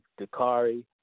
Dakari